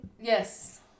Yes